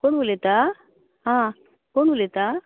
कोण उलयता हां कोण उलयता